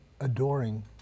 adoring